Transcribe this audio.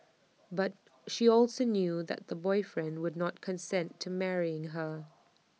but she also knew that the boyfriend would not consent to marrying her